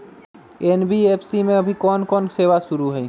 NBFC में अभी कोन कोन सेवा शुरु हई?